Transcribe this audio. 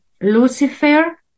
Lucifer